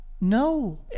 No